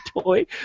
toy